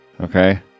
Okay